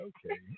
Okay